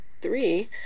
three